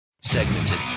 Segmented